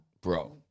bro